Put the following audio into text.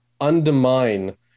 undermine